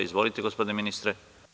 Izvolite gospodine ministre.